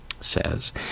says